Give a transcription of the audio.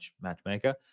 matchmaker